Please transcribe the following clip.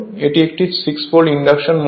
এটি একটি 6 pole induction motor